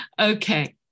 Okay